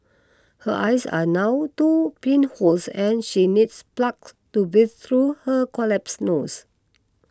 her eyes are now two pinholes and she needs plugs to breathe through her collapsed nose